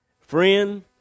Friend